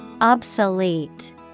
Obsolete